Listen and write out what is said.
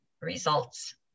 results